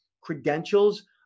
credentials